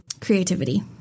creativity